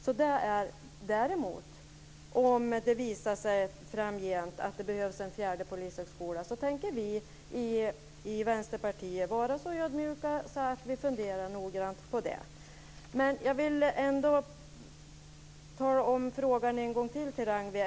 Om det däremot framgent skulle visa sig att det behövs en fjärde polishögskola tänker vi i Vänsterpartiet vara så ödmjuka att vi noggrant funderar på det.